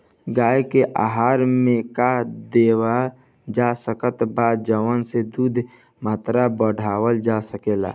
गाय के आहार मे का देवल जा सकत बा जवन से दूध के मात्रा बढ़ावल जा सके?